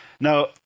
Now